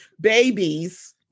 babies